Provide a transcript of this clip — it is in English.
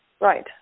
right